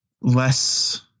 Less